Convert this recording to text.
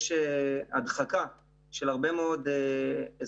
יש הדחקה של הרבה מאוד אזרחים,